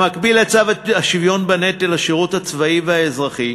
במקביל לצו השוויון בנטל השירות הצבאי והאזרחי,